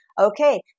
Okay